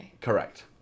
Correct